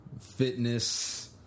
Fitness